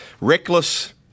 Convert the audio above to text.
reckless